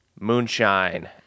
Moonshine